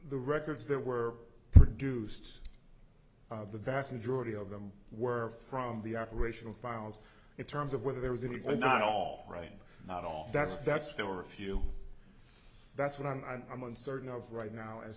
the records that were produced the vast majority of them were from the operational files in terms of whether there was it was not all right not all that's that's there were a few that's what i'm i'm uncertain of right now as